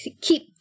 keep